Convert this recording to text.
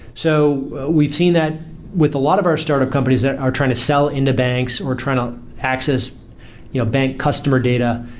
so we've seen that with a lot of our startup companies that are trying to sell in the banks, or trying to access you know bank customer data,